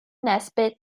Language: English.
nesbitt